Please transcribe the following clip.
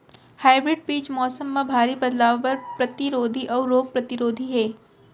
hybrid बीज मौसम मा भारी बदलाव बर परतिरोधी अऊ रोग परतिरोधी हे